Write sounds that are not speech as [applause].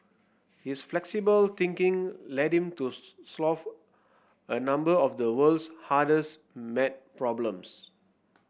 his flexible thinking led him to [unintelligible] solve a number of the world's hardest maths problems